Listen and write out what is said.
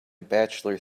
bachelor